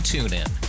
TuneIn